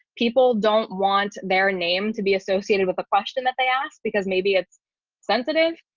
people don't want their name to be associated with a question that they asked because maybe it's sensitive.